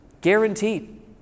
Guaranteed